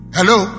Hello